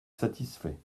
satisfait